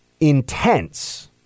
intense